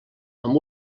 amb